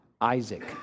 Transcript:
Isaac